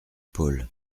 paul